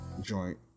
joint